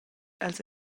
els